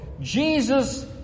Jesus